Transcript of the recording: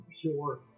pure